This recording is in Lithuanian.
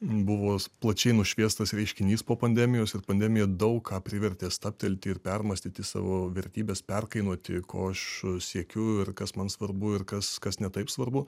buvo plačiai nušviestas reiškinys po pandemijos ir pandemija daug ką privertė stabtelti ir permąstyti savo vertybes perkainuoti ko aš siekiu ir kas man svarbu ir kas kas ne taip svarbu